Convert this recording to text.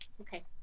Okay